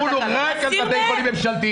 התקנות יחולו רק על בתי חולים ממשלתיים.